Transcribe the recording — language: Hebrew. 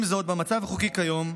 עם זאת, במצב החוקי כיום,